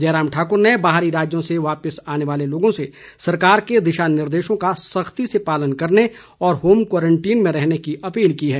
जयराम ठाकुर ने बाहरी राज्यों से वापिस आने वाले लोगों से सरकार के दिशा निर्देशों का सख्ती से पालन करने और होम क्वारंटीन में रहने की अपील की है